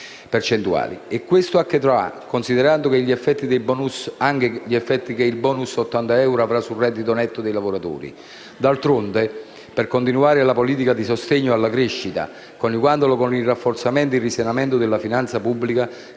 e questo accadrà anche considerando gli effetti che il *bonus* di 80 euro avrà sul reddito netto dei lavoratori. D'altronde, per continuare la politica di sostegno alla crescita coniugandola con il rafforzamento e risanamento della finanza pubblica,